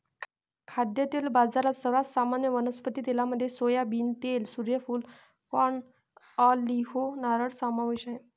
खाद्यतेल बाजारात, सर्वात सामान्य वनस्पती तेलांमध्ये सोयाबीन तेल, सूर्यफूल, कॉर्न, ऑलिव्ह, नारळ समावेश आहे